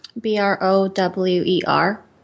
B-R-O-W-E-R